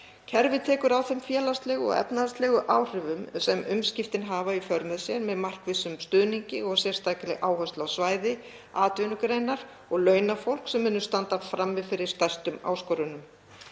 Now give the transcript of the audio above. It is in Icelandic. Kerfið tekur á þeim félagslegu og efnahagslegu áhrifum sem umskiptin hafa í för með sér með markvissum stuðningi og sérstakri áherslu á svæði, atvinnugreinar og launafólk sem mun standa frammi fyrir stærstu áskorununum.